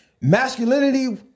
masculinity